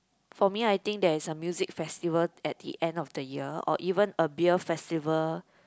for me I think there is a music festival at the end of the year or even a beer festival